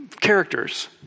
characters